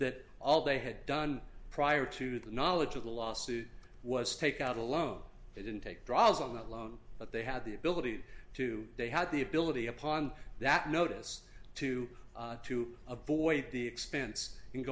that all they had done prior to the knowledge of the lawsuit was take out a loan they didn't take draws on that loan but they had the ability to they had the ability upon that notice to to avoid the expense